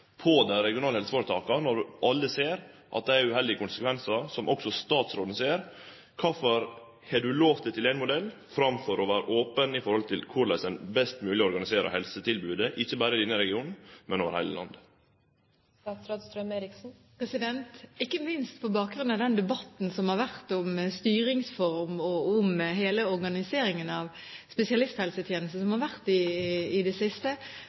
på dei regionale helseføretaka, når alle ser at det vert uheldige konsekvensar, som også statsråden ser? Korfor har statsråden låst seg til ein modell framfor å vere open i forhold til korleis ein best mogleg organiserer helsetilbodet, ikkje berre i denne regionen, men over heile landet? Ikke minst på bakgrunn av den debatten som har vært om styringsform og om hele organiseringen av spesialisthelsetjenesten i det siste,